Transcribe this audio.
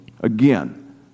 Again